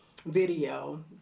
video